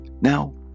Now